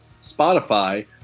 Spotify